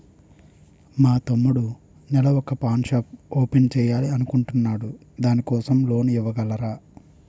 మా తమ్ముడు నెల వొక పాన్ షాప్ ఓపెన్ చేయాలి అనుకుంటునాడు దాని కోసం లోన్ ఇవగలరా?